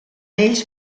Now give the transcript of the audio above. ells